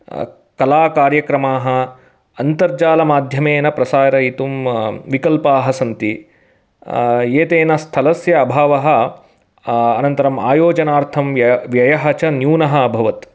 कलाकार्यक्रमाः अन्तर्जालमाध्यमेन प्रसारयितुं विकल्पाः सन्ति एतेन स्थलस्य अभावः अनन्तरम् आयोजनार्थं व्ययः च न्यूनः अभवत्